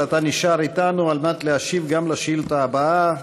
אתה נשאר איתנו על מנת להשיב גם על השאילתה הבאה,